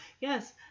yes